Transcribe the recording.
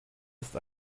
ist